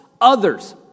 others